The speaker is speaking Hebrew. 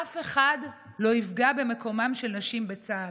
אף אחד לא יפגע במקומן של נשים בצה"ל.